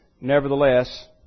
nevertheless